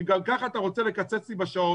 גם ככה אתה רוצה לקצץ לי בשעות,